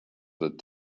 that